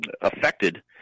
affected